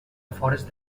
afores